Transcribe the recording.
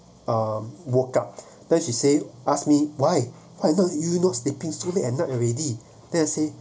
um woke up then she say asked me why why not you not sleeping through the ended already